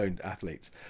athletes